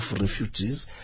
refugees